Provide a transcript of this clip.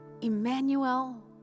Emmanuel